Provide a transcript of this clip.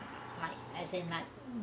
like as in like